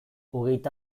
hogeita